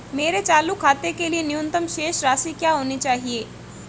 मेरे चालू खाते के लिए न्यूनतम शेष राशि क्या होनी चाहिए?